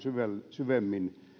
syvemmin